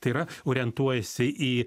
tai yra orientuojasi į